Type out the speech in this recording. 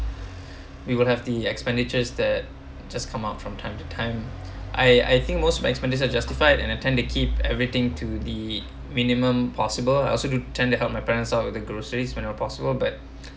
we will have the expenditures that just come up from time to time I I think most of my expenditure are justified and I tend to keep everything to the minimum possible I also do tend to help my parents out of the groceries whenever possible but